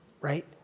right